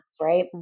Right